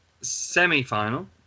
semi-final